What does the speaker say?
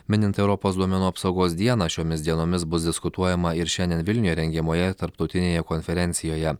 minint europos duomenų apsaugos dieną šiomis dienomis bus diskutuojama ir šiandien vilniuje rengiamoje tarptautinėje konferencijoje